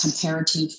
comparative